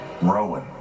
Rowan